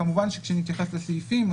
וכמובן שכשנתייחס לסעיפים,